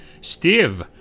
Steve